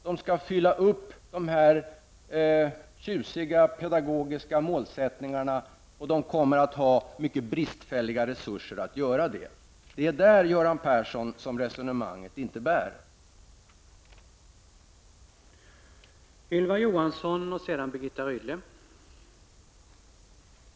De skall uppfylla dessa tjusiga pedagogiska målsättningar, och de kommer att ha mycket bristfälliga resurser för att göra det. Det är där som resonemanget inte bär, Göran Persson.